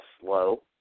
slow